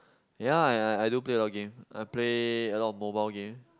yea yea I do play a lot of game I play a lot of mobile game